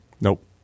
Nope